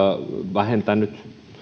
vähentänyt